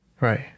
Right